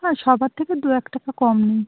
না সবার থেকে দু এক টাকা কম নিই